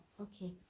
okay